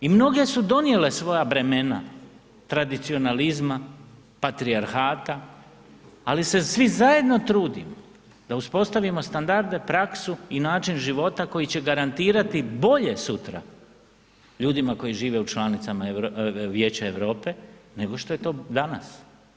I mnoge su donijele svoja bremena tradicionalizma, patrijarhata ali se svi zajedno trudimo da uspostavimo standarde, praksu i način života koji će garantirati bolje sutra ljudima koji žive u članicama, Vijeća Europe nego što je to danas.